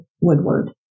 Woodward